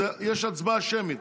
יש הצבעה שמית.